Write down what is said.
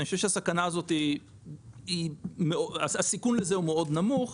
אני חושב שהסיכון לזה הוא מאוד נמוך,